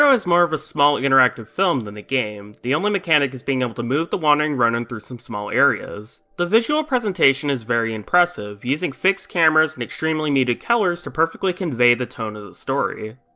so is more of a small interactive film then a game, the only mechanic is being able to move the wandering ronin through some small areas. the visual presentation is very impressive, using fixed cameras and extremely muted colors to perfectly convey the tone of the story.